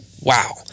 Wow